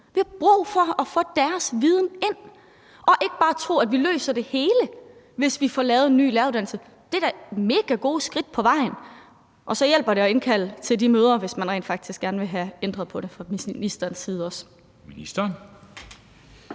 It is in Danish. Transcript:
vi har brug for at få deres viden ind og ikke bare tro, at vi løser det hele, hvis vi får lavet en ny læreruddannelse. Det er da mega gode skridt på vejen. Og så hjælper det at indkalde til de møder, hvis man rent faktisk gerne vil have ændret på det fra ministerens side også. Kl.